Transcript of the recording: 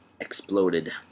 exploded